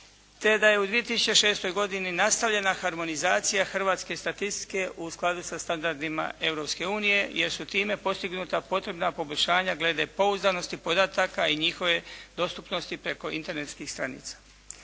te da je u 2006. godini nastavljena harmonizacija hrvatske statistike u skladu sa standardima Europske unije, jer su time postignuta potrebna poboljšanja glede pouzdanosti podataka i njihove dostupnosti preko internetskih stranica.